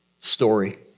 story